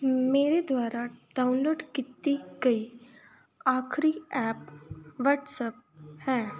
ਮੇਰੇ ਦੁਆਰਾ ਡਾਊਨਲੋਡ ਕੀਤੀ ਗਈ ਆਖਰੀ ਐਪ ਵਟਸਅਪ ਹੈ